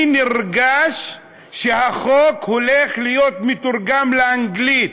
אני נרגש שהחוק הולך להיות מתורגם לאנגלית.